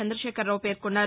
చందశేఖరరావు పేర్కొన్నారు